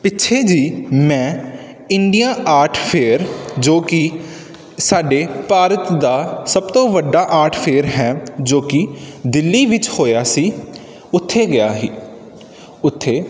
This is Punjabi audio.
ਪਿੱਛੇ ਜਿਹੇ ਮੈਂ ਇੰਡੀਆ ਆਰਟ ਫੇਅਰ ਜੋ ਕਿ ਸਾਡੇ ਭਾਰਤ ਦਾ ਸਭ ਤੋਂ ਵੱਡਾ ਆਰਟ ਫੇਅਰ ਹੈ ਜੋ ਕਿ ਦਿੱਲੀ ਵਿੱਚ ਹੋਇਆ ਸੀ ਉੱਥੇ ਗਿਆ ਸੀ ਉੱਥੇ